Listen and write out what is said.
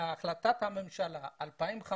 החלטת הממשלה 2015